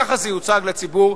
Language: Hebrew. כך זה יוצג לציבור,